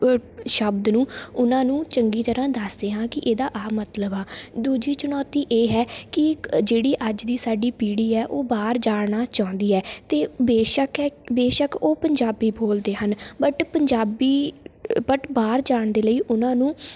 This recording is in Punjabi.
ਸ਼ਬਦ ਨੂੰ ਉਹਨਾਂ ਨੂੰ ਚੰਗੀ ਤਰ੍ਹਾਂ ਦੱਸਦੇ ਹਾਂ ਕਿ ਇਹਦਾ ਆਹ ਮਤਲਬ ਆ ਦੂਜੀ ਚੁਣੌਤੀ ਇਹ ਹੈ ਕਿ ਜਿਹੜੀ ਅੱਜ ਦੀ ਸਾਡੀ ਪੀੜੀ ਹੈ ਉਹ ਬਾਹਰ ਜਾਣਾ ਚਾਹੁੰਦੀ ਹੈ ਅਤੇ ਬੇਸ਼ੱਕ ਹੈ ਬੇਸ਼ੱਕ ਉਹ ਪੰਜਾਬੀ ਬੋਲਦੇ ਹਨ ਬਟ ਪੰਜਾਬੀ ਬਟ ਬਾਹਰ ਜਾਣ ਦੇ ਲਈ ਉਹਨਾਂ ਨੂੰ